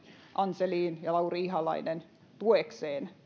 ann selin ja lauri ihalainen tuekseen